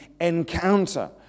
encounter